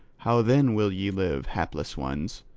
how then will ye live, hapless ones?